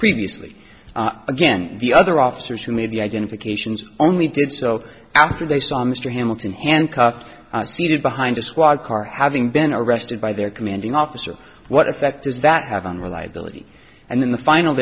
previously again the other officers who made the identifications only did so after they saw mr hamilton handcuffed seated behind a squad car having been arrested by their commanding officer what effect does that have on reliability and then the final